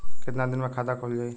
कितना दिन मे खाता खुल जाई?